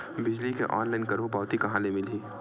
बिजली के ऑनलाइन करहु पावती कहां ले मिलही?